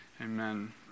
Amen